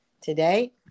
today